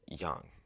young